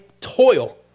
toil